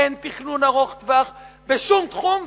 אין תכנון ארוך-טווח בשום תחום,